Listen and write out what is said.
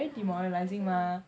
yeah that's why